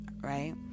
right